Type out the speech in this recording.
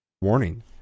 Warning